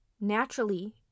naturally